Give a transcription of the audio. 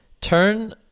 Turn